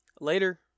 Later